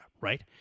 right